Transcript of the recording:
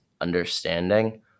understanding